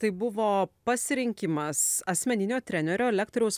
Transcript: tai buvo pasirinkimas asmeninio trenerio lektoriaus